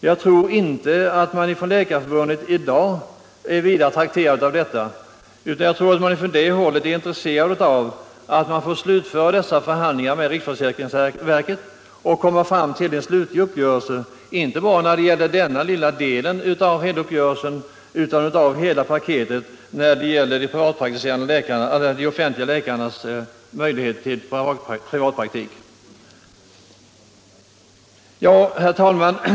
Vi tror inte att man inom Läkarförbundet i dag är särskilt trakterad av det, utan jag tror att man i stället är intresserad av att få slutföra förhandlingarna med riksförsäkringsverket och komma fram till en slutlig uppgörelse, inte bara i fråga om denna lilla del av förhandlingarna utan om hela paketet när det gäller alla de offentligt anställda läkarnas möjligheter till privatpraktik. Herr talman!